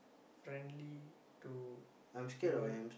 friendly to human